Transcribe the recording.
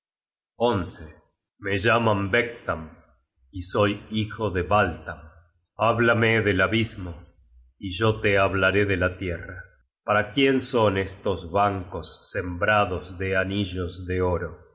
at me llaman vegtam y soy hijo de valtam háblame del abismo y yo te hablaré de la tierra para quién son estos bancos sembrados de anillos de oro